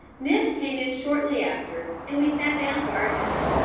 nip came in shortly after, and we sat down to our dinner.